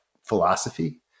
philosophy